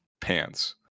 pants